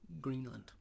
Greenland